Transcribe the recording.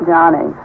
Johnny